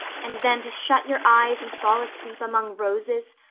and then to shut your eyes and fall asleep among roses,